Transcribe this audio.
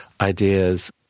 ideas